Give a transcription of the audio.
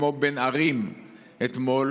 כמו בין ערים אתמול,